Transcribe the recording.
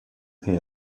pay